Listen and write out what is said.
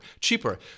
cheaper